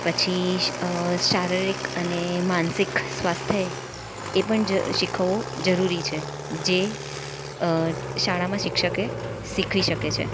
પછી શારીરિક અને માનસિક સ્વાસ્થ્ય એ પણ જ શીખવવું જરૂરી છે જે શાળામાં શિક્ષકે શીખવી શકે છે